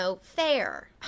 fair